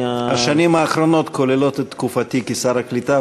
השנים האחרונות כוללות את תקופתי כשר הקליטה,